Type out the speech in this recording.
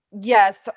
yes